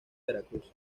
veracruz